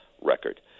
record